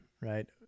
right